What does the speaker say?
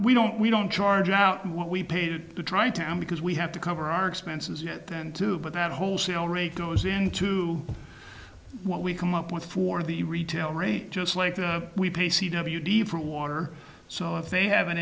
we don't we don't charge out what we paid to try to because we have to cover our expenses yet then too but that wholesale rate goes into what we come up with for the retail rate just like we pay c w different water so if they have an